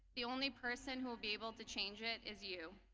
the only person who will be able to change it is you.